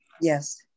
Yes